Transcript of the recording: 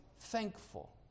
thankful